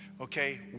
okay